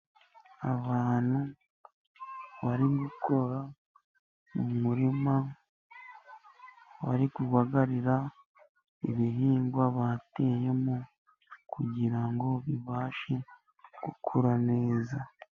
Abantu bari gukora mu murima, bari kubagarira ibihingwa bateyemo, kugira ngo bibashe gukura neza.